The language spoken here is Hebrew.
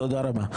תודה רבה.